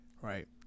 right